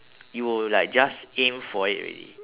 you will like just aim for it already